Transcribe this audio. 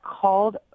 called